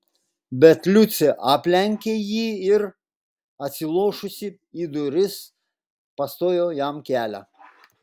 bet liucė aplenkė jį ir atsilošusi į duris pastojo jam kelią